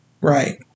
Right